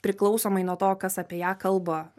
priklausomai nuo to kas apie ją kalba